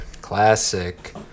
classic